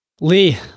Lee